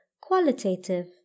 qualitative